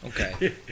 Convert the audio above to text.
Okay